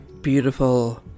Beautiful